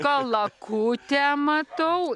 kalakutę matau